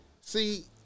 See